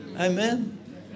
Amen